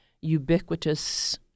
ubiquitous